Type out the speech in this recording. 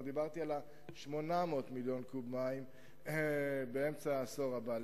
דיברתי על 800 מיליון קוב מים באמצע העשור הבא.